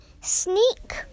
sneak